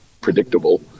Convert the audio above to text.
predictable